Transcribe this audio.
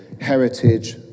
heritage